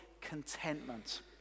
contentment